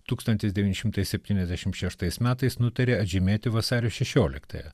tūkstantis devyni šimtai septyniasdešim šeštais metais nutarė žymėti vasario šešioliktąją